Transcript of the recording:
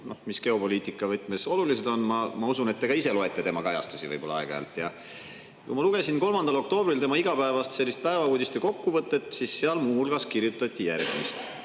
mis geopoliitika võtmes olulised on. Ma usun, et te ka ise loete tema kajastusi aeg-ajalt. Kui ma lugesin 3. oktoobril tema igapäevast päevauudiste kokkuvõtet, siis seal muu hulgas kirjutati järgmist.